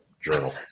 Journal